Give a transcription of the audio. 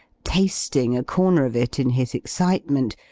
tasting a corner of it in his excitement,